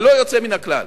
ללא יוצא מן הכלל,